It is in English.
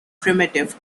primitive